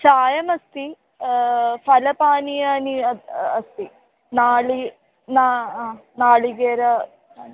चायमस्ति फलपानीयानी अत्र अस्ति नारि न नारिकेलं